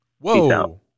whoa